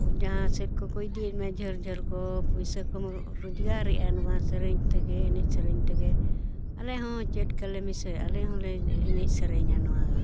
ᱡᱟᱦᱟᱸ ᱥᱮᱫ ᱠᱚᱠᱚ ᱤᱫᱤᱭᱮᱫ ᱢᱮᱭᱟ ᱡᱷᱟᱹᱞ ᱡᱷᱟᱹᱞ ᱠᱚ ᱯᱩᱭᱥᱟᱹ ᱠᱚ ᱨᱚᱡᱜᱟᱨᱮᱜᱼᱟ ᱱᱚᱣᱟ ᱥᱮᱨᱮᱧ ᱛᱮᱜᱮ ᱮᱱᱮᱡ ᱥᱮᱨᱮᱧ ᱛᱮᱜᱮ ᱟᱞᱮᱦᱚᱸ ᱪᱮᱫᱠᱟᱞᱮ ᱢᱮᱥᱮ ᱟᱞᱮᱦᱚᱸᱞᱮ ᱮᱱᱮᱡ ᱥᱮᱨᱮᱧᱟ ᱱᱚᱣᱟ ᱫᱚ